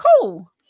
cool